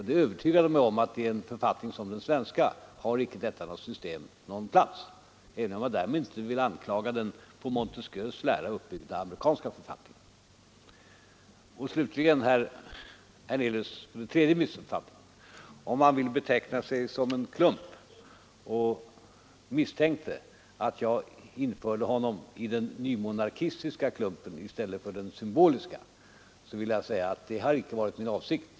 Det övertygade mig om att detta system inte har någon plats i en författning som den svenska, även om jag därmed 121 inte vill anklaga den på Montesquieus lära uppbyggda amerikanska författningen. Slutligen, herr Hernelius, skall jag beröra den tredje missuppfattningen. Om herr Hernelius misstänkte att jag ville införa honom i den nymonarkistiska klumpen i stället för i den symboliska vill jag framhålla att det inte har varit min avsikt.